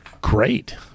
great